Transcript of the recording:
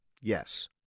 Yes